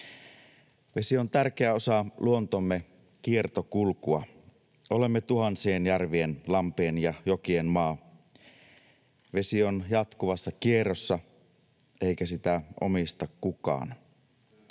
Vesi on tärkeä osa luontomme kiertokulkua. Olemme tuhansien järvien, lampien ja jokien maa. Vesi on jatkuvassa kierrossa, eikä sitä omista kukaan.